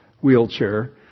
wheelchair